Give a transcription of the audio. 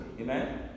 amen